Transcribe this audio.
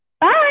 Bye